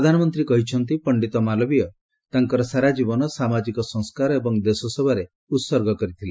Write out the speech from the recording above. ପ୍ରଧାନମନ୍ତ୍ରୀ କହିଛନ୍ତି ପଶ୍ଚିତ ମାଲବୀୟ ତାଙ୍କର ସାରା ଜୀବନ ସାମାଜିକ ସଂସ୍କାର ଏବଂ ଦେଶ ସେବାରେ ଉତ୍ସର୍ଗ କରିଥିଲେ